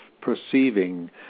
perceiving